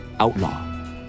Outlaw